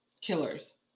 killers